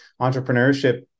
entrepreneurship